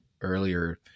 earlier